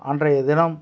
அன்றைய தினம்